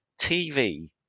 TV